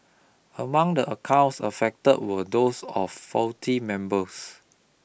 among the accounts affect were those of faculty members